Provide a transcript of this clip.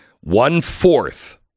One-fourth